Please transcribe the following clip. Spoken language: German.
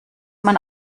man